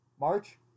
March